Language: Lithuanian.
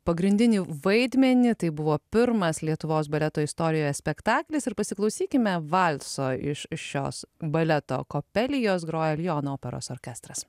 pagrindinį vaidmenį tai buvo pirmas lietuvos baleto istorijoje spektaklis ir pasiklausykime valso iš šios baleto kopelijos groja liono operos orkestras